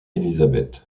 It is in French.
elizabeth